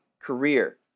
career